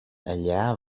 allà